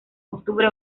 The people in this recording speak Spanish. octubre